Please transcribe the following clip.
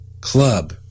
Club